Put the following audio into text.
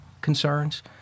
concerns